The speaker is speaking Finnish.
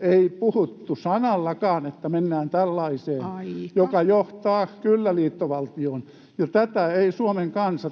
Ei puhuttu sanallakaan, että mennään tällaiseen, [Puhemies: Aika!] joka johtaa kyllä liittovaltioon. Ja tähän ei Suomen kansa